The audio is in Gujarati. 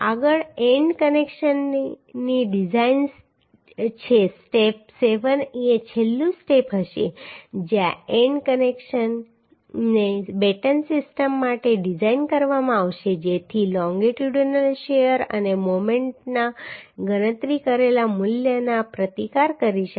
આગળ એન્ડ કનેક્શનની ડીઝાઈન છે સ્ટેપ 7 એ છેલ્લું સ્ટેપ હશે જ્યાં એન્ડ કનેક્શનને બેટન સિસ્ટમ માટે ડિઝાઈન કરવામાં આવશે જેથી લોન્ગીટુડીનલ શીયર અને મોમેન્ટના ગણતરી કરેલ મૂલ્યનો પ્રતિકાર કરી શકાય